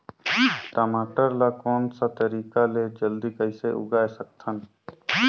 टमाटर ला कोन सा तरीका ले जल्दी कइसे उगाय सकथन?